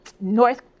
North